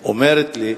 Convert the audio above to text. אומרת לי,